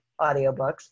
audiobooks